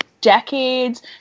decades